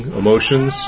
emotions